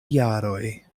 jaroj